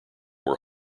were